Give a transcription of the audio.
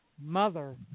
mother